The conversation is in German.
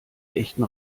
echten